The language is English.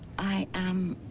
i am.